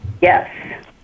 Yes